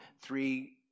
three